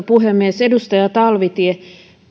puhemies edustaja talvitie